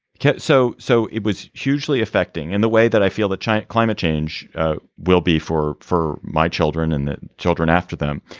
yeah so. so it was hugely affecting in the way that i feel that climate change will be for for my children and the children after them.